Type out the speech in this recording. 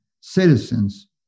citizens